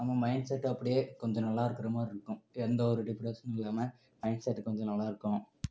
நம்ம மைண்ட்செட் அப்படியே கொஞ்சம் நல்லா இருக்குற மாதிரி இருக்கும் எந்தவொரு டிப்ரஷனும் இல்லாம மைண்ட்செட் கொஞ்சம் நல்லா இருக்கும்